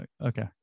okay